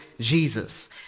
Jesus